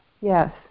Yes